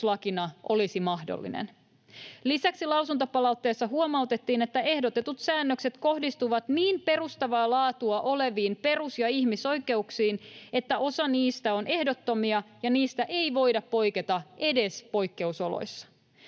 Lisäksi lausuntopalautteessa huomautettiin, että ehdotetut säännökset kohdistuvat niin perustavaa laatua oleviin perus- ja ihmisoikeuksiin, että osa niistä on ehdottomia ja niistä ei voida poiketa edes poikkeusoloissa.